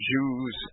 Jews